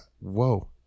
Whoa